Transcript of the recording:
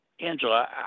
Angela